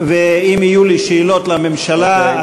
ואם יהיו לי שאלות לממשלה,